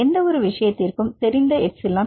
எந்தவொரு விஷயத்திற்கும் தெரிந்த எப்சிலன்